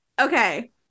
Okay